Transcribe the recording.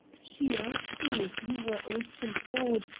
she asked me if you were austin ford,